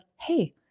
Hey